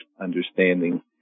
understanding